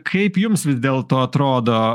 kaip jums vis dėlto atrodo